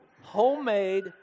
homemade